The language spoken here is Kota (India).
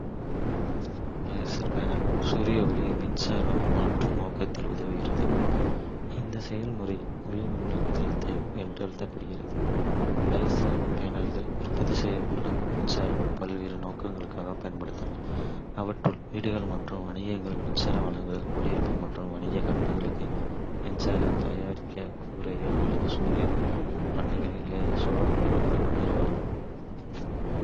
சோலார் பேனல்கள் சூரிய ஒளியை மின்சாரமாக மாற்றும் நோக்கத்திற்கு உதவுகின்றன. இந்த செயல்முறை ஒளிமின்னழுத்தம் என்று அழைக்கப்படுகிறது. சோலார் பேனல்களால் உற்பத்தி செய்யப்படும் மின்சாரம் பல்வேறு நோக்கங்களுக்காக பயன்படுத்தப்படலாம், அவற்றுள். வீடுகள் மற்றும் வணிகங்களுக்கு மின்சாரம் வழங்குதல், குடியிருப்பு மற்றும் வணிக கட்டிடங்களுக்கு மின்சாரம் தயாரிக்க கூரைகளில் அல்லது சூரிய பண்ணைகளில் சோலார் பேனல்களை நிறுவலாம்.